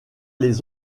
les